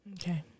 Okay